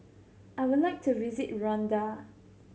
I would like to visit Rwanda